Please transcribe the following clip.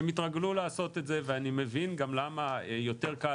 שהם התרגלו לעשות את זה ואני מבין גם למה יותר קל